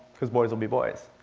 because boys will be boys.